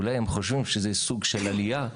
אולי הם חושבים שזה סוג של עלייה,